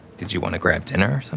did you want to grab dinner so